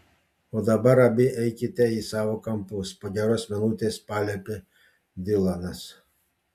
o dabar abi eikite į savo kampus po geros minutės paliepė dilanas